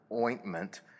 ointment